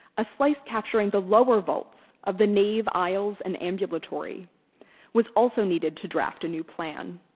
a slice capturing the lower vaults of the nave aisles and ambulatory was also needed to draft a new plan.